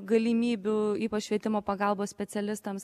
galimybių ypač švietimo pagalbos specialistams